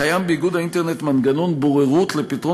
קיים באיגוד האינטרנט מנגנון בוררות לפתרון